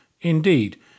Indeed